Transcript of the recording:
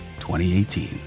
2018